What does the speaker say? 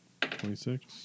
Twenty-six